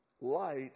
light